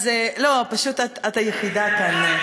לא, פשוט את היחידה כאן.